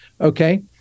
okay